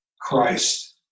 Christ